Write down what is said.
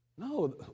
No